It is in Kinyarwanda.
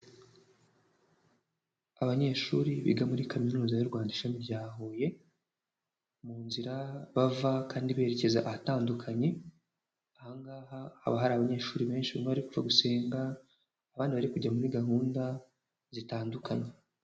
Abanyeshuri biga muri kaminuza y'u Rwanda ishami rya Huye mu nzira bava kandi berekeza ahatandukanye, ahangaha haba hari abanyeshuri benshi bari kuva gusenga, abandi bari kuva muri gahunda zitandukanye.